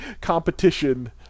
competition